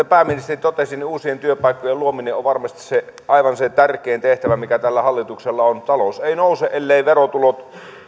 pääministeri totesi niin uusien työpaikkojen luominen on varmasti aivan se tärkein tehtävä mikä tällä hallituksella on talous ei nouse elleivät verotulot